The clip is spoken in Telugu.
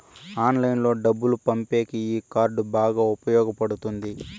ఆన్లైన్లో డబ్బులు పంపేకి ఈ కార్డ్ బాగా ఉపయోగపడుతుంది